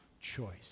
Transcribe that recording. choice